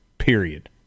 Period